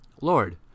Lord